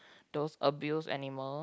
those abuse animal